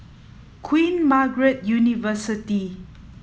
Queen Margaret University